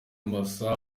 masa